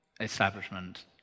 establishment